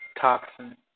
toxin